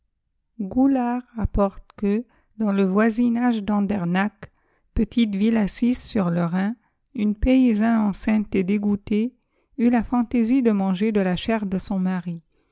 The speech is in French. rapporte que dans le voisinage d'andernach petite vhle assise sur le rhin une paysanne enceinte et dégoûtée eut la fantaisie de manger de la chair de son mari